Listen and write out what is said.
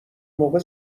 موقع